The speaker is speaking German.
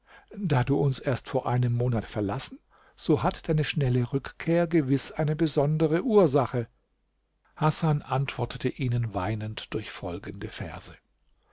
da du uns erst vor einem monat verlassen so hat deine schnelle rückkehr gewiß eine besondere ursache hasan antwortete ihnen weinend durch folgende verse